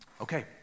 Okay